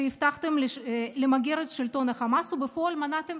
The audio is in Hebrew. שהבטחתם למגר את שלטון חמאס ובפועל מנעתם